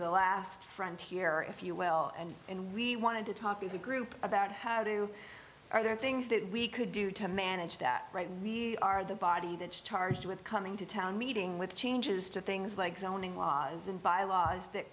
the last frontier if you will and and we wanted to talk as a group about how do are there things that we could do to manage that right we are the body that charged with coming to town meeting with changes to things like zoning laws and bylaws that